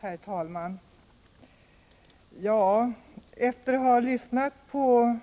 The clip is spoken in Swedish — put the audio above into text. Herr talman! Efter att ha lyssnat på